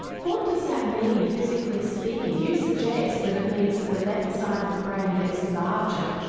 what does that mean physically speaking. you suggest that it means that the left side of the brain gets larger.